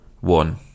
One